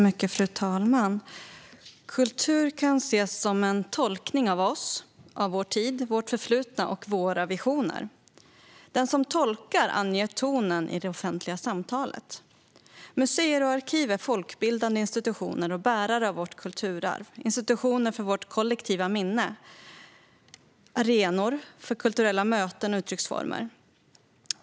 Fru talman! Kultur kan ses som en tolkning av oss, vår tid, vårt förflutna och våra visioner. Den som tolkar anger tonen i det offentliga samtalet. Museer och arkiv är folkbildande institutioner och bärare av vårt kulturarv. De är institutioner för vårt kollektiva minne och arenor för kulturella möten och uttrycksformer.